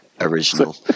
original